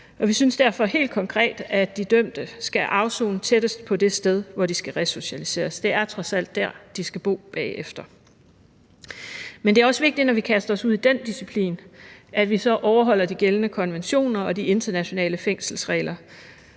Vi synes derfor helt konkret, at de dømte skal afsone tættest på det sted, hvor de skal resocialiseres; det er trods alt der, de skal bo bagefter. Men det er også vigtigt, når vi kaster os ud i den disciplin, at vi så overholder de gældende konventioner og de internationale fængselsregler.